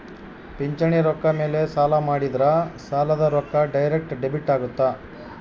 ಪಿಂಚಣಿ ರೊಕ್ಕ ಮೇಲೆ ಸಾಲ ಮಾಡಿದ್ರಾ ಸಾಲದ ರೊಕ್ಕ ಡೈರೆಕ್ಟ್ ಡೆಬಿಟ್ ಅಗುತ್ತ